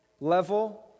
level